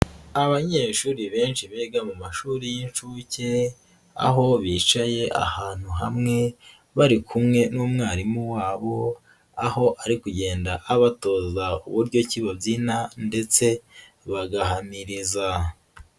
Abanyeshuri benshi biga mu mashuri y'inshuke, aho bicaye ahantu hamwe bari kumwe n'umwarimu wabo, aho ari kugenda abatoza uburyo ki babyina ndetse bagahamiriza.